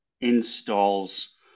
installs